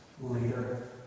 leader